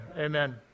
amen